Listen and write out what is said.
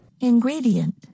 Ingredient